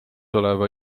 oleva